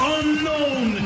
unknown